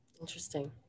Interesting